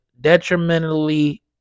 detrimentally